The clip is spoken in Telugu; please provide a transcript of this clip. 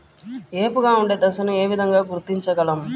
ఏపుగా ఉండే దశను ఏ విధంగా గుర్తించగలం?